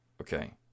okay